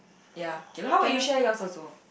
ya how about you share your also